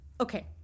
Okay